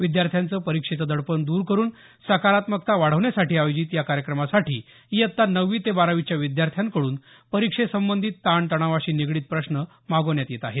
विद्यार्थ्यांचं परीक्षेचं दडपण दूर करुन सकारात्मकता वाढवण्यासाठी आयोजित या कार्यक्रमासाठी इयत्ता नववी ते बारावीच्या विद्यार्थ्यांकडून परीक्षेसंबंधीत ताण तणावाशी निगडीत प्रश्न मागवण्यात येत आहेत